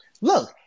look